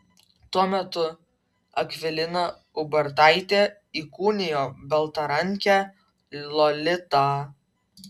tuo metu akvilina ubartaitė įkūnijo baltarankę lolitą